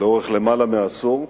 לאורך למעלה מעשור.